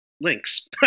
links